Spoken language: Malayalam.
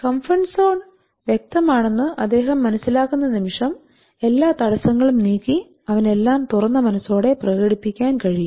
കംഫർട്ട് സോൺ വ്യക്തമാണെന്ന് അദ്ദേഹം മനസ്സിലാക്കുന്ന നിമിഷം എല്ലാ തടസ്സങ്ങളും നീക്കി അവന് എല്ലാം തുറന്ന മനസ്സോടെ പ്രകടിപ്പിക്കാൻ കഴിയും